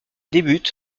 débute